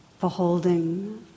beholding